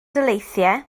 daleithiau